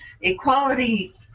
equality